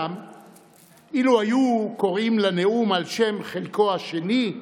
אולם אילו היו קוראים לנאום על שם חלקו השני,